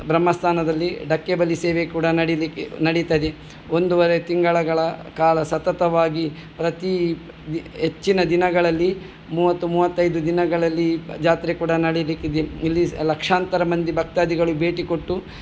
ಬ್ರಹ್ಮಸ್ಥಾನದಲ್ಲಿ ಡಕ್ಕೆ ಬಲಿ ಸೇವೆ ಕೂಡ ನಡಿಲಿಕ್ಕೆ ನಡೀತದೆ ಒಂದುವರೆ ತಿಂಗಳಗಳ ಕಾಲ ಸತತವಾಗಿ ಪ್ರತಿ ಹೆಚ್ಚಿನ ದಿನಗಳಲ್ಲಿ ಮೂವತ್ತು ಮೂವತ್ತೈದು ದಿನಗಳಲ್ಲಿ ಜಾತ್ರೆ ಕೂಡ ನಡೀಲಿಕ್ಕಿದೆ ಇಲ್ಲಿ ಸಹ ಲಕ್ಷಾಂತರ ಮಂದಿ ಭಕ್ತಾದಿಗಳು ಭೇಟಿ ಕೊಟ್ಟು